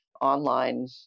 online